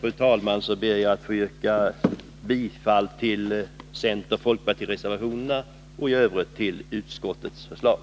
Med detta ber jag att få yrka bifall till centeroch folkpartireservationerna och i övrigt bifall till utskottets förslag.